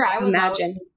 imagine